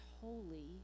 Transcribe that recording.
holy